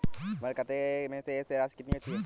हमारे खाते में शेष राशि कितनी बची है?